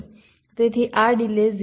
તેથી આ ડિલે 0